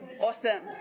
Awesome